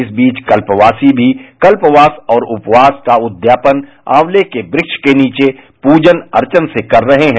इस बीच कल्पवासी भी कल्पवास और उपवास का उद्यापन आंवले के वृक्ष के नीचे प्रजन अर्चन से कर रहे हैं